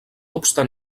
obstant